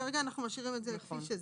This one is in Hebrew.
כרגע אנחנו משאירים את זה כפי שזה,